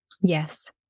Yes